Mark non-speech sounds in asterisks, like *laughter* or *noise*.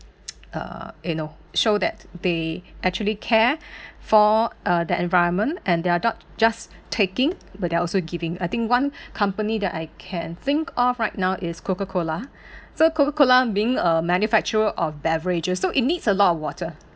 *noise* uh you know show that they actually care *breath* for uh the environment and they're not just taking but they're also giving I think one company that I can think of right now is Coca-Cola so Coca-Cola being a manufacturer of beverages so it needs a lot of water